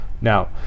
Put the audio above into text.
Now